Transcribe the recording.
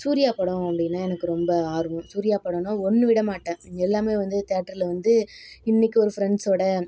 சூர்யா படம் அப்படினா எனக்கு ரொம்ப ஆர்வம் சூர்யா படம்னால் ஒன்று விட மாட்டேன் எல்லாமே வந்து தியேட்டரில் வந்து இன்றைக்கி ஒரு ஃப்ரண்ட்ஸோடு